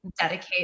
dedicate